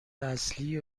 اصلی